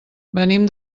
venim